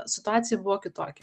situacija buvo kitokia